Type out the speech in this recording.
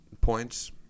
points